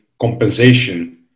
compensation